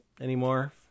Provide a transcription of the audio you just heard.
anymore